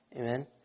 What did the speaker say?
Amen